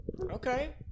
Okay